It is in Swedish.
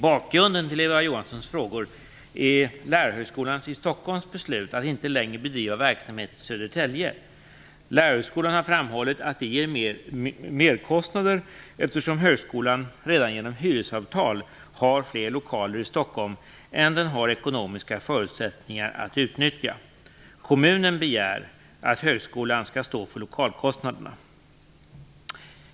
Bakgrunden till Eva Johanssons frågor är Lärarhögskolans i Stockholm beslut att inte längre bedriva verksamhet i Södertälje. Lärarhögskolan har framhållit att det ger merkostnader, eftersom högskolan redan genom hyresavtal har fler lokaler i Stockholm än den har ekonomiska förutsättningar att utnyttja. Kommunen begär att högskolan skall stå för lokalkostnaderna.